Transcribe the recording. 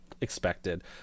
expected